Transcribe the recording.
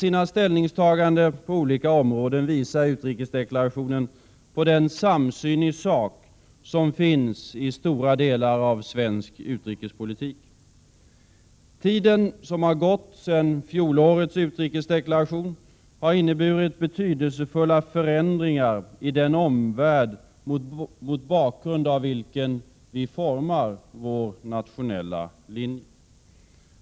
I ställningstagandena på olika områden visar utrikesdeklarationen på den samsyn i sak som finns i stora delar av svensk utrikespolitik. Tiden som gått sedan fjolårets utrikesdeklaration har inneburit betydelsefulla förändringar i den omvärld mot bakgrund av vilken vi formar vår nationella linje.